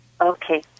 Okay